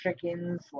chickens